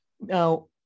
Now